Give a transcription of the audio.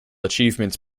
achievements